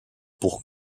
pour